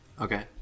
Okay